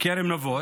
כרם נבות.